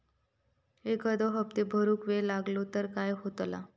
एखादो हप्तो भरुक वेळ लागलो तर काय होतला?